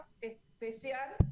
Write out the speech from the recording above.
especial